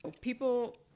people